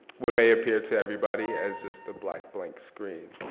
what may appear to everybody as just a black, blank screen.